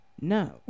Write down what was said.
No